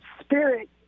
spirit